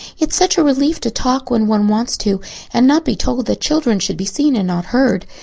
it's such a relief to talk when one wants to and not be told that children should be seen and not heard.